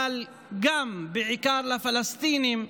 אבל בעיקר לפלסטינים,